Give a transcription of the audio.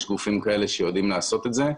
יש גופים כאלה שיודעים לעשות את זה.